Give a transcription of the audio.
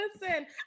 Listen